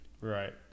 right